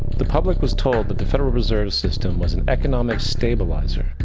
the public was told that the federal reserve system was an economic stabilizer.